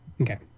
Okay